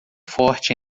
forte